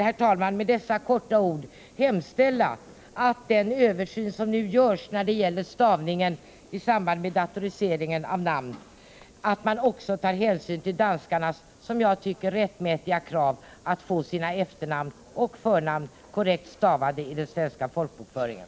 Jag vill med detta korta inlägg hemställa att det vid den översyn som nu görs av lagen när det gäller stavningen, i samband med datorisering av folkbokföringen också tas hänsyn till danskarnas enligt min mening rättmätiga krav på att få sina efternamn — och förnamn — korrekt stavade i den svenska folkbokföringen.